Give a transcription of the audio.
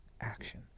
action